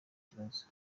kibazo